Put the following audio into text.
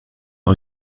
par